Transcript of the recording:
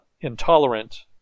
intolerant